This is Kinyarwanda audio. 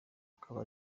akaba